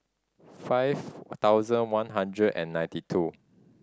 five thousand one hundred and ninety two